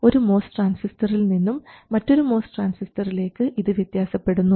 ഒരു MOS ട്രാൻസിസ്റ്ററിൽ നിന്നും മറ്റൊരു MOS ട്രാൻസിസ്റ്ററിലേക്ക് ഇത് വ്യത്യാസപ്പെടുന്നു